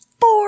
Four